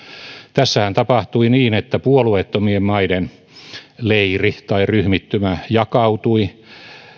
tässähän tapahtui niin että puolueettomien maiden leiri tai ryhmittymä jakautui